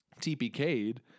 TPK'd